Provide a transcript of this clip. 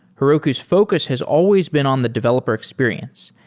heroku's focus has always been on the developer experience,